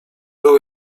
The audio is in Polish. był